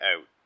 out